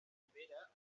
pere